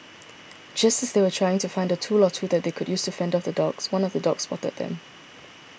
just as they were trying to find a tool or two that they could use to fend off the dogs one of the dogs spotted them